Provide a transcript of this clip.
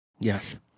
yes